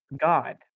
God